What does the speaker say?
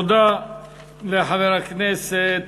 תודה לחבר הכנסת